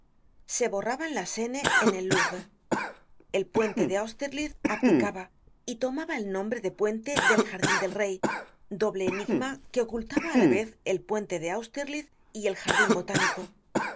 se borraban las n en el louvre el puente de austerlitz abdicaba y tomaba el nombre de puente del jardin del rey doble enigma que ocultaba á la vez el puente de austerlitz y el jardin botánico